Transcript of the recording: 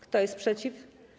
Kto jest przeciw?